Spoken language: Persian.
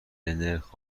نرخ